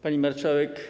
Pani Marszałek!